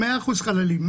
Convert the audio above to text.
100% חללים,